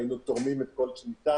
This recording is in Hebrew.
היינו תורמים את כל שניתן.